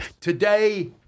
Today